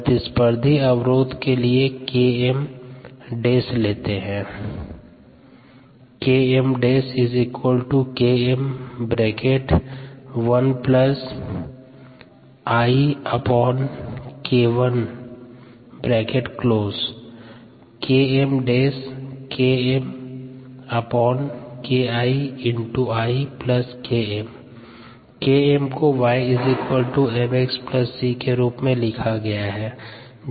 प्रतिस्पर्धी अवरोध के लिए Km लेते है KmKm1IKI KmKmKII Km Km को y mx c के रूप में लिखा गया है